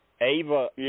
Ava